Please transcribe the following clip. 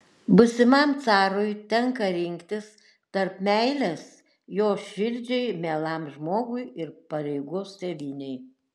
būsimam carui tenka rinktis tarp meilės jo širdžiai mielam žmogui ir pareigos tėvynei